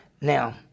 Now